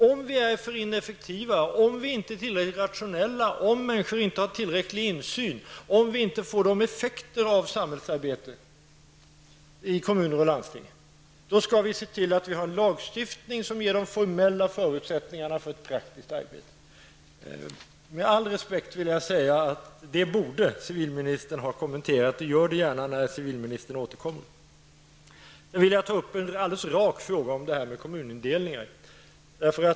Om vi är för ineffektiva, om vi inte är tillräckligt rationella, om människor inte har tillräcklig insyn och om vi inte får de effekter av samhällsarbetet i kommuner och landsting som vi förväntat oss, skall vi se till att få en lagstiftning som ger de formella förutsättningarna för ett praktiskt arbete. Jag vill med all respekt säga att det borde civilministern ha kommenterat. Gör det gärna när civilministern återkommer. Sedan vill jag ställa en rak frågan om detta med kommunindelningen.